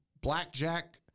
Blackjack